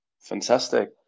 Fantastic